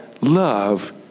love